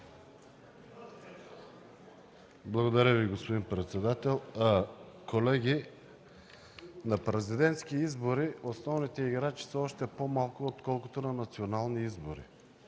Благодаря Ви, господин председател. Колеги, на президентски избори основните играчи са още по-малко, отколкото на национални избори.